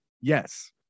Yes